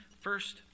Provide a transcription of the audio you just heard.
First